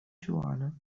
joanna